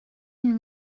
une